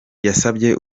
yasabye